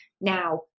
Now